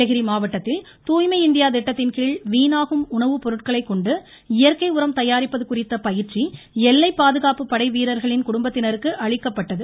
நீலகிரி மாவட்டத்தில் தூய்மை இந்தியா திட்டத்தின்கீழ் வீணாகும் உணவுப்பொருட்களைக் கொண்டு இயற்கை உரம் தயாரிப்பது குறித்த பயிற்சி எல்லைப் பாதுகாப்புப் படை வீரர்களின் குடும்பத்தினருக்கு அளிக்கப்பட்டது